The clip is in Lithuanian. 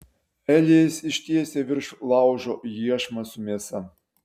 elijas ištiesia virš laužo iešmą su mėsa